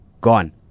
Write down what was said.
gone